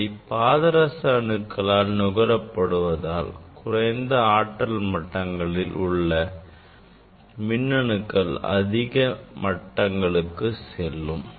அவை பாதரச அணுக்களால் நுகரப்படுவதால் குறைந்த ஆற்றல் மட்டங்களில் உள்ள மின் அணுக்கள் அதிக ஆற்றல் மட்டங்களுக்கு செல்லும்